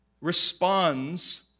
responds